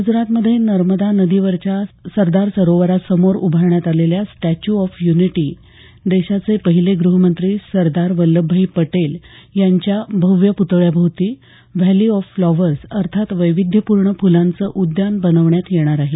गुजरातमध्ये नर्मदा नदीवरच्या सरदार सरोवरा समोर उभारण्यात आलेल्या स्टॅच्यू ऑफ युनिटी देशाचे पहिले गृहमंत्री सरदार वल्लभभाई पटेल यांच्या या भव्य पुतळ्या भोवती व्हॅली ऑफ फ्लॉवर्स अर्थात वैविध्यपूर्ण फुलांचं उद्यान बनवण्यात येणार आहे